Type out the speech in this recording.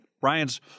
Brian's